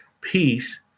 Peace